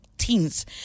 teens